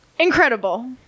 incredible